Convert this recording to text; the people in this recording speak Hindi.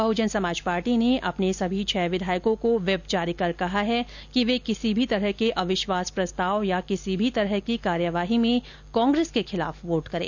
बहुजन समाज पार्टी ने अपने सभी छह विधायकों को व्हिप जारी कर कहा है कि वे किसी भी तरह के अविश्वास प्रस्ताव या किसी भी तरह की कार्यवाही में कांग्रेस के खिलाफ वोट करें